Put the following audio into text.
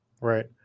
right